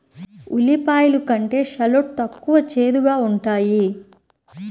ఉల్లిపాయలు కంటే షాలోట్ తక్కువ చేదుగా ఉంటాయి